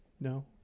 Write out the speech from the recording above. No